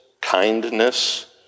kindness